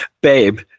Babe